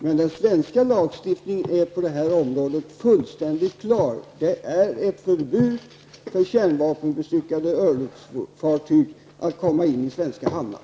Men den svenska lagstiftningen är på det här området fullständigt klar: Det är förbjudet för kärnvapenbestyckade örlogsfartyg att komma in i svenska hamnar.